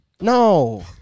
No